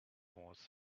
was